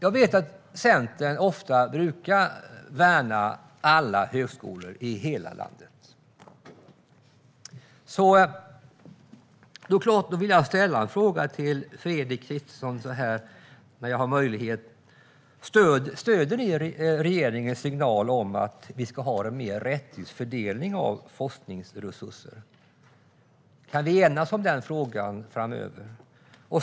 Jag vet att Centern ofta brukar värna alla högskolor i hela landet. Jag vill ställa några frågor till Fredrik Christensson när jag nu har möjlighet. Stöder ni regeringens signal om att vi ska en mer rättvis fördelning av forskningsresurser? Kan vi enas om den frågan framöver?